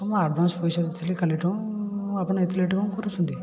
ହଁ ମୁଁ ଆଡ଼ଭାନ୍ସ ପଇସା ଦେଇଥିଲି କାଲିଠୁ ଆପଣ ଏତେ ଲେଟ୍ କ'ଣ କରୁଛନ୍ତି